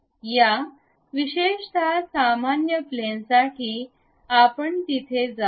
या विशेषतः सामान्य प्लॅन साठी आपण तिथे जाऊया